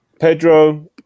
Pedro